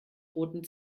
roten